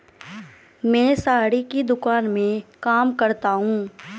मैं साड़ी की दुकान में काम करता हूं